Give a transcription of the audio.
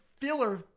filler